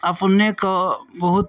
अपनेके बहुत